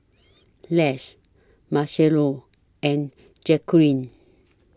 Les Marcello and Jacquelin